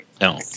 No